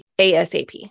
ASAP